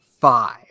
five